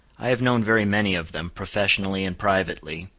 i have known very many of them, professionally and privately,